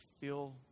feel